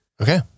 Okay